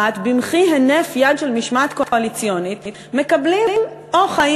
בהינף יד של משמעת קואליציונית מקבלים או חיים